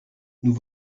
nous